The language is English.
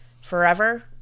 forever